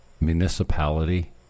municipality